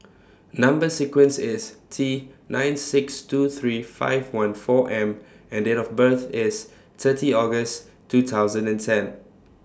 Number sequence IS T nine six two three five one four M and Date of birth IS thirty August two thousand and ten